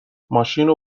ماشینو